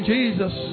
Jesus